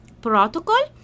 protocol